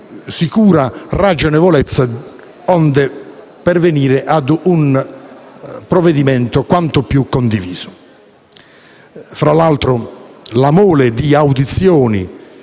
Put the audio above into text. sicura ragionevolezza, onde pervenire a un provvedimento quanto più condiviso. Tra l'altro, la mole di audizioni